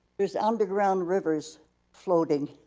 there's underground rivers floating,